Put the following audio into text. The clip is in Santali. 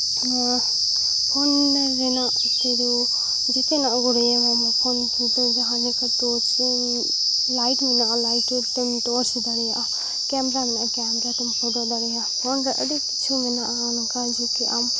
ᱱᱚᱣᱟ ᱯᱷᱳᱱ ᱨᱮᱱᱟᱜ ᱛᱮᱫᱚ ᱡᱮᱛᱮᱱᱟᱜ ᱜᱮᱵᱚᱱ ᱮᱢᱟ ᱯᱷᱳᱱ ᱨᱮ ᱡᱟᱦᱟᱸᱞᱮᱠᱟ ᱫᱚ ᱴᱚᱨᱪ ᱞᱟᱹᱭᱤᱴ ᱢᱮᱱᱟᱜᱼᱟ ᱞᱟᱹᱭᱤᱴ ᱨᱮ ᱢᱤᱫᱴᱤᱡ ᱮᱢ ᱴᱚᱨᱪ ᱫᱟᱲᱮᱭᱟᱜᱼᱟ ᱠᱮᱢᱮᱨᱟ ᱢᱮᱱᱟᱜᱼᱟ ᱠᱮᱢᱮᱨᱟ ᱛᱮᱦᱚᱸᱢ ᱯᱷᱳᱴᱳ ᱫᱟᱲᱮᱭᱟᱜᱫᱼᱟ ᱯᱷᱳᱱ ᱨᱮᱫᱚ ᱟᱹᱰᱤ ᱠᱤᱪᱷᱩ ᱢᱮᱱᱟᱜᱼᱟ ᱱᱚᱝᱠᱟᱱ ᱡᱩᱫᱤ ᱟᱢ